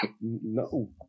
No